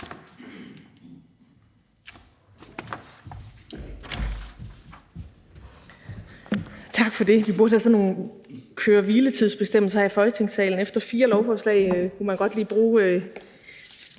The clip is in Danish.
Tak for det. Vi burde have sådan nogle køre-hvile-tidsbestemmelser her i Folketingssalen. Efter fire lovforslag kunne man godt lige bruge